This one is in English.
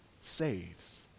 saves